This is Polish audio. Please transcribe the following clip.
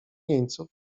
jeńców